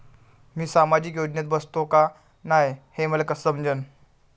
मी सामाजिक योजनेत बसतो का नाय, हे मले कस समजन?